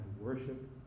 worship